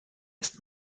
ist